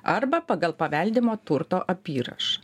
arba pagal paveldimo turto apyrašą